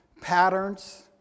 Patterns